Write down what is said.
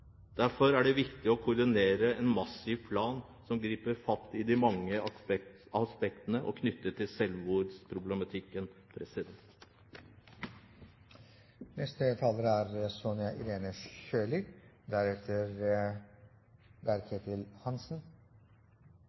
Derfor er det viktig å koordinere en massiv plan som griper fatt i de mange aspektene knyttet til